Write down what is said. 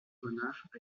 renard